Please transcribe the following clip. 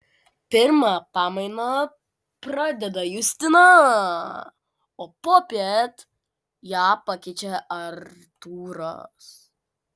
pirmą pamainą pradeda justina o popiet ją pakeičia artūras